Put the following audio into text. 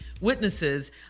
witnesses